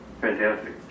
Fantastic